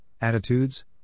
attitudes